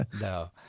no